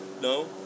No